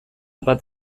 bat